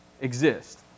exist